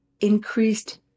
increased